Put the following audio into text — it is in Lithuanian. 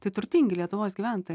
tai turtingi lietuvos gyventojai